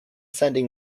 sending